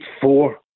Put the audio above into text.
four